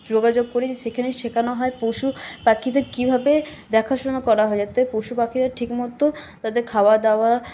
যোগাযোগ করি যে সেখানে শেখানো হয় পশু পাখিদের কীভাবে দেখা শোনা করা হয় যাতে পশুপাখিরা ঠিক মতো তাদের খাওয়া দাওয়া